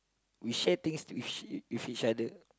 we share things to each with each other